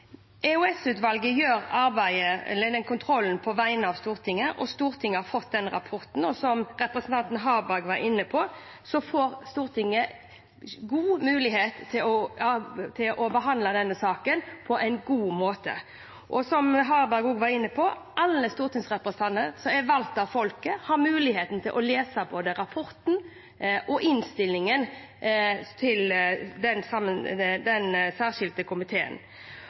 og Stortinget har fått rapporten. Som representanten Harberg var inne på, får Stortinget god mulighet til å behandle denne saken på en god måte. Som Harberg også var inne på, vil alle stortingsrepresentantene, valgt av folket, ha mulighet til å lese både rapporten og innstillingen til den særskilte komiteen. En taler var inne på hva det